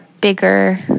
bigger